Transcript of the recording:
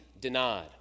denied